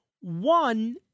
One